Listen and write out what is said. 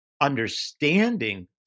understanding